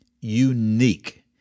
unique